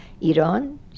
Iran